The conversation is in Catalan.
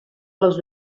les